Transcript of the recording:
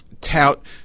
tout